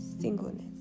singleness